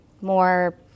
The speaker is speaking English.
more